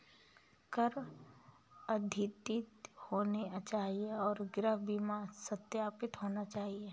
कर अद्यतित होने चाहिए और गृह बीमा सत्यापित होना चाहिए